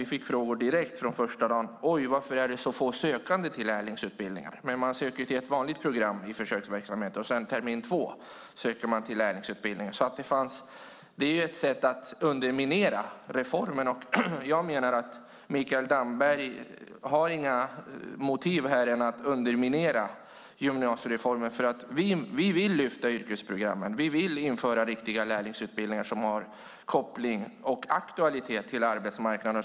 Vi fick frågor direkt, från första dagen: Oj, varför är det så få sökande till lärlingsutbildningarna? I försöksverksamheten söker man till ett vanligt program, och termin 2 söker man till lärlingsutbildningen. Det som sägs är ett sätt att underminera reformen. Jag menar att Mikael Damberg inte har några andra motiv här än att underminera gymnasiereformen. Vi vill lyfta yrkesprogrammen. Vi vill införa riktiga lärlingsutbildningar som har koppling och aktualitet till arbetsmarknaden.